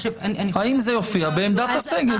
האם זה יופיע בעמדת הסגל.